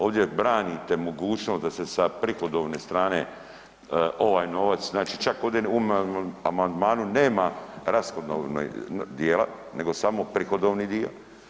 Ovdje branite mogućnost da se sa prihodovne strane ovaj novac, znači čak ovdje ovim amandmanom nema rashodovnog dijela, nego samo prihodovni dio.